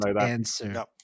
answer